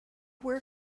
where